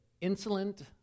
insolent